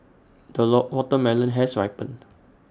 the watermelon has ripened